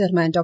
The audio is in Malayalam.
ചെയർമാൻ ഡോ